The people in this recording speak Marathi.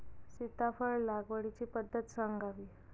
सीताफळ लागवडीची पद्धत सांगावी?